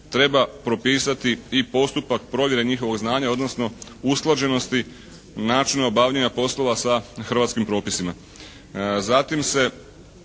treba propisati i postupak provjere njihovog znanja odnosno usklađenosti načina obavljanja poslova sa hrvatskim propisima.